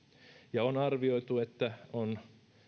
on arvioitu että on